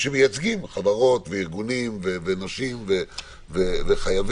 שמייצגים חברות וארגונים ואנשים וחייבים.